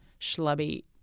schlubby